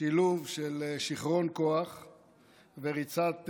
שילוב של שיכרון כוח וריצת אמוק.